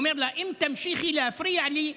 הוא אומר לה: אם תמשיכי להפריע לי,